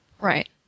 Right